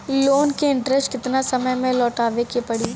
Loan के interest केतना समय में लौटावे के पड़ी?